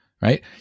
right